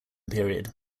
period